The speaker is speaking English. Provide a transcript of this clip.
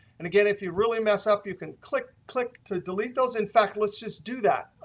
and, again, if you really mess up you can click. click to delete those. in fact, let's just do that.